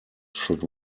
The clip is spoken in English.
should